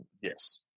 yes